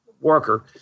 worker